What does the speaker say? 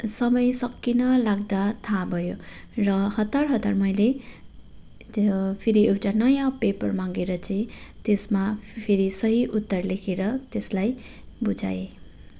समय सकिन लाग्दा थाहा भयो र हतार हतार मैले त्यो फेरि एउटा नयाँ पेपर मागेर चाहिँ त्यसमा फेरि सही उत्तर लेखेर त्यसलाई बुझाएँ